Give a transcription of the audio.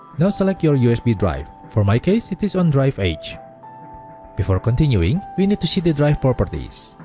now select your usb drive, for my case, it is on drive h before continuing, we need to see the drive properties.